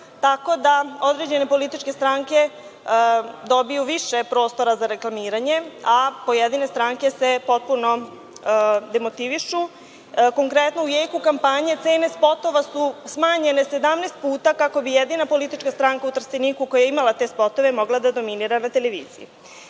tako da određene političke stranke dobiju više prostora za reklamiranje, a pojedine stranke se potpuno demotivišu. Konkretno, u jeku kampanje cene spotova su smanjene 17 puta kako bi jedina politička stranka u Trsteniku koja je imala te spotove mogla da dominira na televiziji. Da